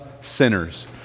sinners